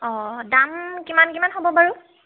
অঁ দাম কিমান কিমান হ'ব বাৰু